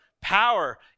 power